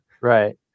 Right